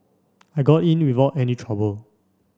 I got in without any trouble